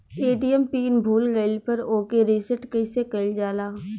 ATM pin भूल गईल पर ओके रीसेट कइसे कइल जाला?